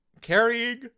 carrying